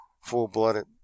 full-blooded